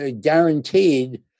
guaranteed